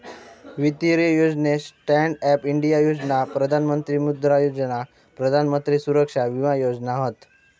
वित्तीय योजनेत stand up India योजना, प्रधान मंत्री मुद्रा योजना, प्रधान मंत्री सुरक्षा विमा योजना हत